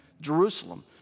Jerusalem